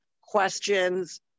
questions